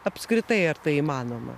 apskritai ar tai įmanoma